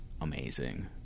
amazing